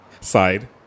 side